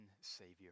Savior